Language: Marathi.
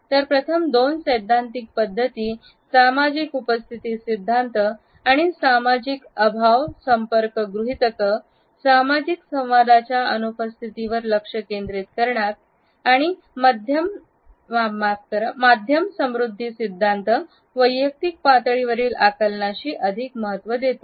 तर प्रथम दोन सैद्धांतिक पध्दती सामाजिक उपस्थिती सिद्धांत आणि सामाजिक अभाव संपर्क गृहीतक सामाजिक संवादाच्या अनुपस्थितीवर लक्ष केंद्रित करतात आणि माध्यम समृद्धी सिद्धांत वैयक्तिक पातळीवरील आकलनाशी अधिक महत्व देतो